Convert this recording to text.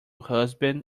husband